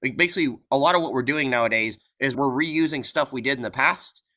like basically, a lot of what we're doing nowadays is we're reusing stuff we did in the past.